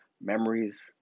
memories